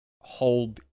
hold